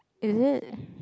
is it